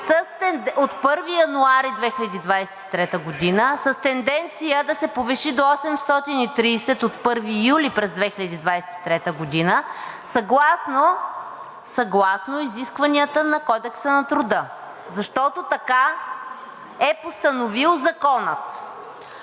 от 1 януари 2023 г. с тенденция да се повиши до 830 лв. от 1 юли 2023 г. съгласно изискванията на Кодекса на труда, защото така е постановил Законът.